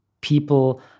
People